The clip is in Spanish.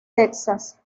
texas